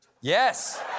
Yes